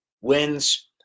wins